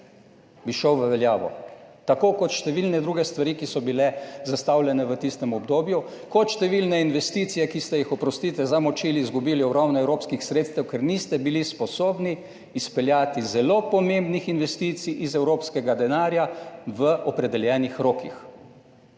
bi šel v veljavo, tako kot številne druge stvari, ki so bile zastavljene v tistem obdobju kot številne investicije, ki ste jih, oprostite, zamočili, izgubili ogromno evropskih sredstev, ker niste bili sposobni izpeljati zelo pomembnih investicij iz evropskega denarja v opredeljenih rokih.